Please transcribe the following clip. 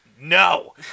No